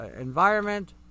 environment